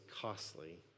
costly